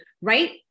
right